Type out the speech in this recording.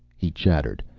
he chattered.